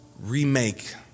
Remake